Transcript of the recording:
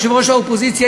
יושב-ראש האופוזיציה,